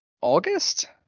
August